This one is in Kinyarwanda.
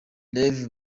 rev